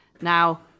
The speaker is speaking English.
Now